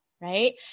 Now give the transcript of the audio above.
right